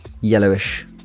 yellowish